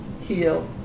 Heal